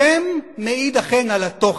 השם מעיד, אכן, על התוכן,